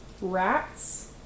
Rats